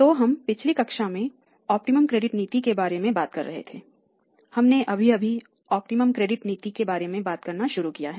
तो हम पिछली कक्षा में इष्टतम क्रेडिट नीति के बारे में बात कर रहे थे हमने अभी अभी इष्टतम क्रेडिट नीति के बारे में बात करना शुरू किया है